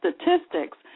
statistics